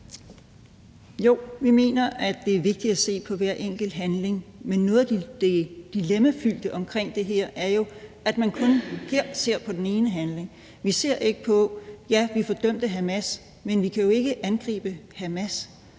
Jo, vi mener, at det er vigtigt at se på hver enkelt handling. Men noget af det dilemmafyldte omkring det her er jo, at man kun ser på den ene handling her. Og ja, vi fordømte Hamas, men vi kan jo ikke angribe Hamas.